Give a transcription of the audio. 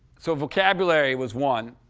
so vocabulary was one.